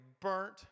burnt